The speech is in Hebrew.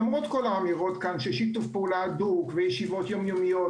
למרות מה שנאמר פה על שיתוף פעולה הדוק וישיבות יום-יומיות